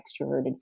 extroverted